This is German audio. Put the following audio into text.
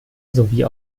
sowie